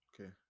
Okay